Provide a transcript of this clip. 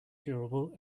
durable